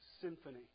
symphony